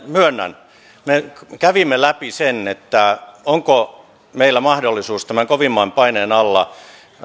myönnän me kävimme läpi sen onko meillä mahdollisuus tämän kovimman paineen alla